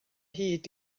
hyd